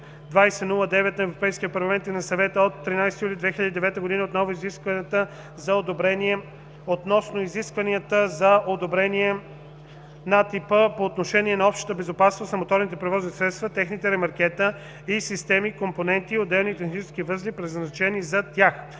661/2009 на Европейския парламент и на Съвета от 13 юли 2009 г. относно изискванията за одобрение на типа по отношение на общата безопасност на моторните превозни средства, техните ремаркета и системи, компоненти и отделни технически възли, предназначени за тях;